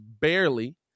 barely